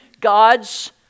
God's